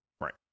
Right